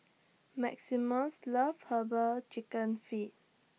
Maximus loves Herbal Chicken Feet